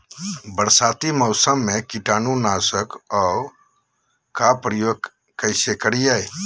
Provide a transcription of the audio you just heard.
बरसाती मौसम में कीटाणु नाशक ओं का प्रयोग कैसे करिये?